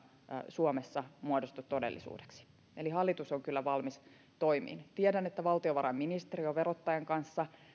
suomessa muodostu todellisuudeksi eli hallitus on kyllä valmis toimiin tiedän että valtiovarainministeriö on verottajan kanssa